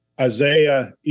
Isaiah